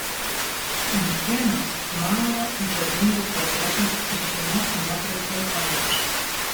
ant sienos mao dzedungo portretas ir šeimos nuotraukų koliažas